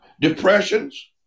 depressions